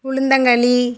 உளுந்தங்களி